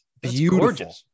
Beautiful